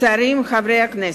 שרים וחברי כנסת,